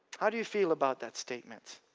how do you feel about that statement?